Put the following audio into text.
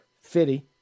Fitty